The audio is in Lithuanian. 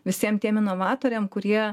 visiem tiem inovatoriam kurie